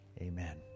Amen